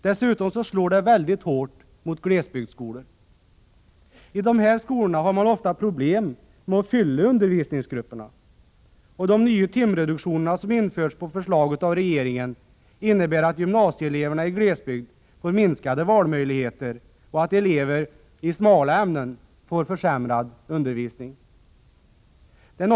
Dessutom slår systemet mycket hårt mot glesbygdsskolorna. I dessa skolor har man ofta problem med att fylla undervisningsgrupperna. De timreduktioner som införts på förslag av regeringen innebär att gymnasieeleverna i glesbygd får minskade valmöjligheter och försämrad undervisning i ”smala” ämnen.